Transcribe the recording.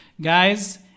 Guys